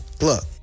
Look